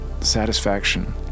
satisfaction